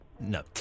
no